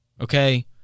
Okay